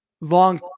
long